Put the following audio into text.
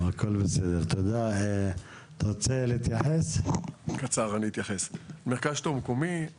התקנות ואיך זה יתבצע סוכמו כבר בין כל